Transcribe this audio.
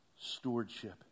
Stewardship